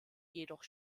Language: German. jedoch